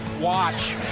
watch